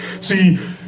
See